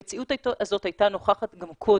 המציאות הזאת הייתה נוכחת גם קודם,